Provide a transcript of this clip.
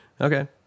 Okay